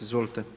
Izvolite.